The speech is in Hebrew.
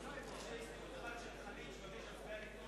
יש הסתייגות אחת של חנין שהוא מבקש עליה הצבעה אלקטרונית.